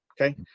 Okay